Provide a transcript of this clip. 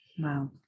Wow